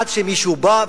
עד שמישהו בא,